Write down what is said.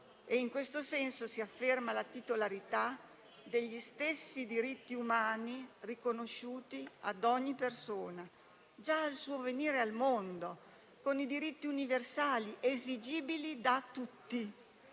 In questo senso, si afferma la titolarità degli stessi diritti umani riconosciuti a ogni persona già al suo venire al mondo, con i diritti universali esigibili da tutti,